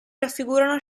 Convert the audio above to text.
raffigurano